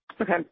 Okay